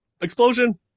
explosion